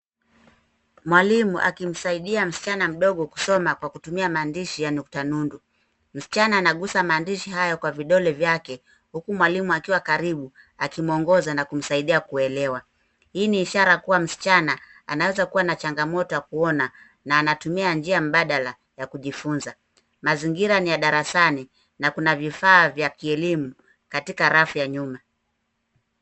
Mwalimu akimsaidia msichana mdogo kusoma kwa kutumia maandishi ya nukta nundu. Msichana anagusa maandishi hayo kwa vidole vyake huku mwalimu akiwa karibu akimuongoza na kumsaidia kuelewa. Hii ni ishara kuwa msichana anaweza kuwa na changamoto ya kuona na anatumia njia mbadala ya kujifunza. Mazingira ni ya darasani na kuna vifaa vya kielimu katika rafu ya nyuma.